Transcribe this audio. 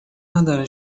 نداره